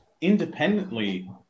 independently